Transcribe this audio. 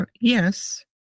Yes